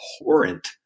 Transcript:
abhorrent